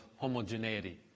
homogeneity